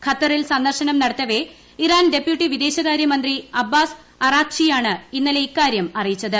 ഖത്തറിൽ സന്ദർശനം നടത്തവെ ഇറാൻ ഡെപ്യൂട്ടി വിദേശകാര്യമന്ത്രി അബ്ബാസ് അറാഖ്ചിയാണ് ഇന്നലെ ഇക്കാര്യം അറിയിച്ചത്